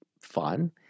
fun